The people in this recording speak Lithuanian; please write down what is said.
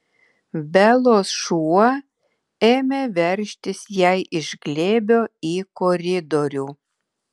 belos šuo ėmė veržtis jai iš glėbio į koridorių